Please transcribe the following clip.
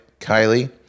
Kylie